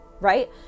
right